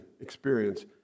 experience